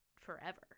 forever